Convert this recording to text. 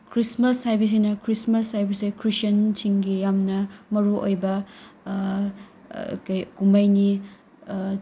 Christmas ꯍꯥꯏꯕꯁꯤꯅ ꯈ꯭ꯔꯤꯁꯃꯁ ꯍꯥꯏꯕꯁꯦ ꯈ꯭ꯔꯤꯁꯇꯤꯌꯥꯟꯁꯤꯡꯒꯤ ꯌꯥꯝꯅ ꯃꯔꯨ ꯑꯣꯏꯕ ꯀꯨꯝꯍꯩꯅꯤ